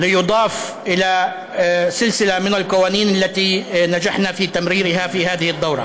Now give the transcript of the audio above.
חוק זה יתווסף לסדרה של חוקים שהצלחנו להעביר בכנס הזה.